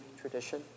tradition